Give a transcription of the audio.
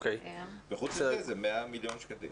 וחוץ מזה, מדובר ב-100 מיליון שקלים.